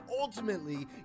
ultimately